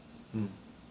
mm